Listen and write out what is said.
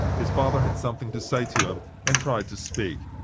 his father had something to say to him, and tried to speak.